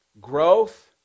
Growth